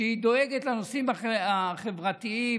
שדואגת לנושאים החברתיים.